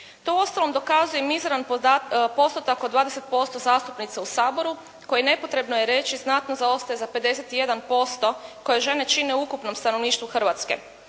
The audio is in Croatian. To uostalom dokazuje i mizeran postotak od 20% zastupnica u Saboru koje nepotrebno je reći znatno zaostaje za 51% koje žene čine u ukupnom stanovništvu Hrvatske.